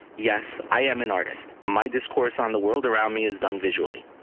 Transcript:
yes, i am an artist. my discourse on the world around me is done visually.